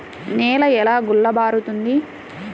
నేల ఎలా గుల్లబారుతుంది?